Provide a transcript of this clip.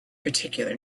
particular